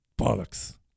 Bollocks